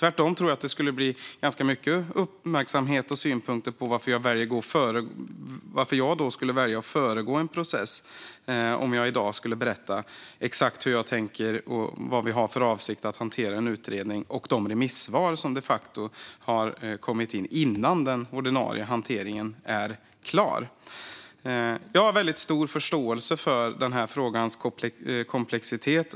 Tvärtom tror jag att det skulle bli mycket uppmärksamhet och synpunkter om jag skulle välja att föregå processen och i dag berätta exakt hur jag tänker och vad regeringen har för avsikt när det gäller hanteringen av utredningen och de remissvar som har kommit in. Den ordinarie hanteringen är ju inte klar än. Jag har väldigt stor förståelse för frågans komplexitet.